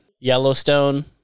yellowstone